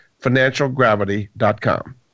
financialgravity.com